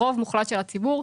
רוב מוחלט של הציבור.